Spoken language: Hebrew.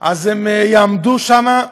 הם יעמדו שם,